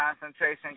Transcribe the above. concentration